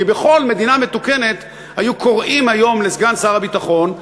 כי בכל מדינה מתוקנת היו קוראים היום לסגן שר הביטחון,